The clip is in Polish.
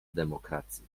demokracji